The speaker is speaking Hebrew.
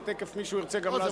ותיכף מישהו ירצה גם להסביר לנו.